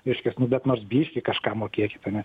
reiškias nu bet nors biškį kažką mokėkit ar ne